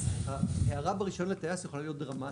ההערה ברישיון לטייס יכולה להיות דרמטית.